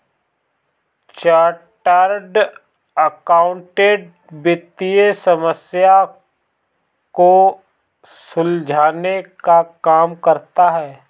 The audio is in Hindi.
चार्टर्ड अकाउंटेंट वित्तीय समस्या को सुलझाने का काम करता है